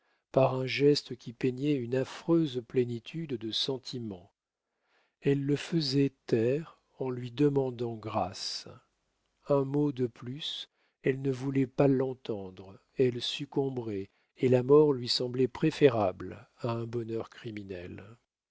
par un geste qui peignait une affreuse plénitude de sentiments elle le faisait taire en lui demandant grâce un mot de plus elle ne voulait pas l'entendre elle succomberait et la mort lui semblait préférable à un bonheur criminel